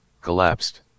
Collapsed